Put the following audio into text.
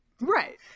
right